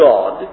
God